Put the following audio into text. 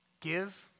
Give